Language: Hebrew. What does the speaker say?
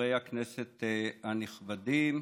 חברי הכנסת הנכבדים,